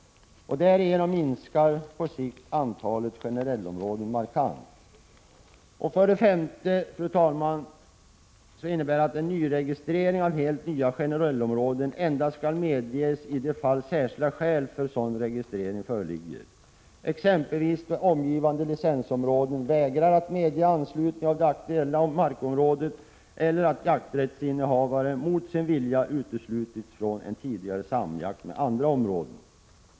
Därigenom minskar på sikt antalet generellområden markant. För det femte: Nyregistrering av helt nya generellområden skall medges endast i de fall särskilda skäl för sådan registrering föreligger, exempelvis då omgivande licensområden vägrar att medge anslutning av det aktuella markområdet, eller att jakträttsinnehavaren mot sin vilja uteslutits från en tidigare samjakt med andra områden.